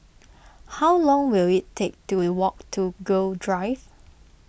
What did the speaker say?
how long will it take to we walk to Gul Drive